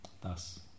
thus